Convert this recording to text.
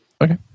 Okay